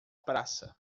praça